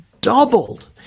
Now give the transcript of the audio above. doubled